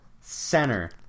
Center